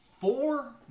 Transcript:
four